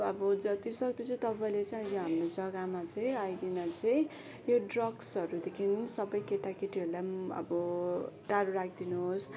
अब जति सक्दो चाहिँ तपाईँले चाहिँ अहिले हाम्रो जग्गामा चाहिँ आइकन चाहिँ यो ड्रग्सहरूदेखिन् सबै केटाकेटीहरूलाई पनि अब टाढो राखिदिनुहोस्